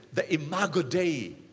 the imago dei.